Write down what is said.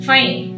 Fine